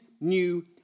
new